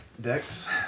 Dex